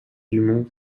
dumont